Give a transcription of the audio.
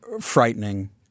frightening